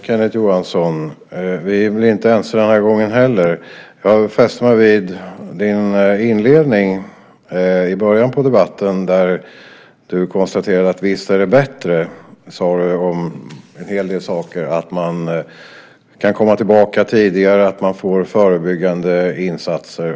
Herr talman! Vi blir inte ense den här gången heller, Kenneth Johansson. Jag fäste mig vid din inledning i början av debatten där du konstaterade att det är bättre att man kan komma tillbaka tidigare och att man får förebyggande insatser.